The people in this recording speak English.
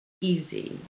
easy